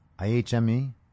IHME